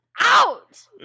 out